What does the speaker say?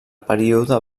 període